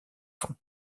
fonds